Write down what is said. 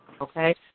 Okay